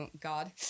God